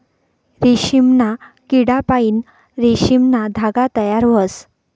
रेशीमना किडापाईन रेशीमना धागा तयार व्हस